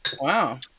Wow